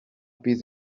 bydd